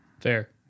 fair